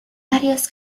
varios